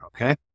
okay